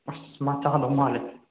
ꯑꯁ ꯃꯥ ꯆꯥꯗꯧ ꯃꯥꯜꯂꯦ